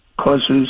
causes